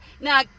Now